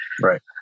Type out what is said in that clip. Right